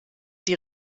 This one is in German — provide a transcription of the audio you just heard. die